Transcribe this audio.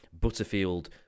Butterfield